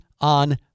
on